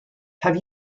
have